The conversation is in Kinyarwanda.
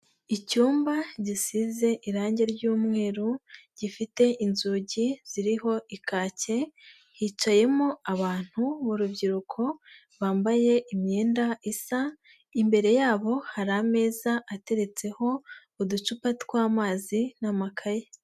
Icyumba gisize irangi ry'umweru gifite inzugi ziriho ikake, hicayemo abantu b'urubyiruko bambaye imyenda isa, imbere yabo hari ameza ateretseho uducupa tw'amazi n'amakaye.